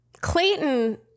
Clayton